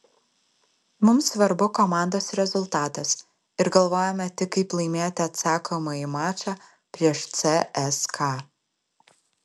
mums svarbu komandos rezultatas ir galvojame tik kaip laimėti atsakomąjį mačą prieš cska